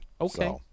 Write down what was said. Okay